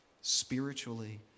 Spiritually